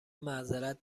معذرت